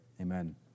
amen